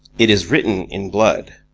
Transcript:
it is written in blood.